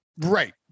right